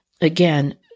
Again